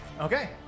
Okay